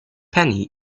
penny